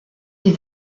les